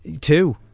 Two